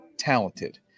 talented